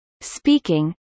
speaking